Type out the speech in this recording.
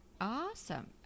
Awesome